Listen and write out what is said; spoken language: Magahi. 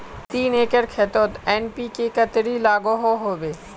तीन एकर खेतोत एन.पी.के कतेरी लागोहो होबे?